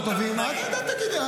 ותעסוקה לעתיד,